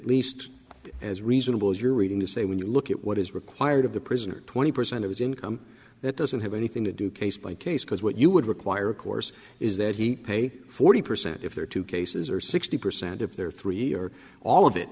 least as reasonable as you're reading to say when you look at what is required of the prisoners twenty percent of his income that doesn't have anything to do case by case because what you would require of course is that he pay forty percent if there are two cases or sixty percent if there are three or all of it